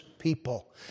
People